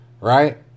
right